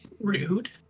Rude